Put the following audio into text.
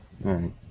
right